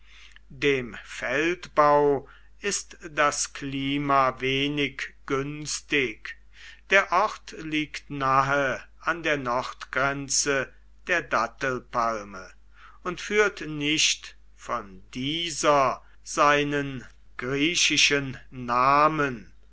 dem feldbau ist das klima wenig günstig der ort liegt nahe an der nordgrenze der dattelpalme und führt nicht von dieser seinen griechischen namen